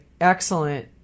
excellent